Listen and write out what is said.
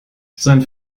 sein